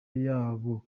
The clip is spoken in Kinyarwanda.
yabo